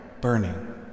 burning